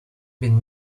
been